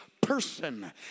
person